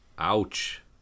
ouch